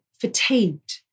fatigued